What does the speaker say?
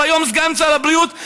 שהוא היום סגן שר הבריאות,